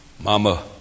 Mama